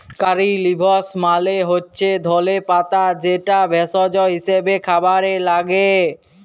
কারী leaves মালে হচ্যে ধলে পাতা যেটা ভেষজ হিসেবে খাবারে লাগ্যে